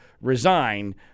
resign